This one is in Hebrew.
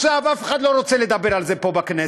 אף אחד לא רוצה לדבר על זה פה בכנסת,